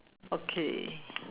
okay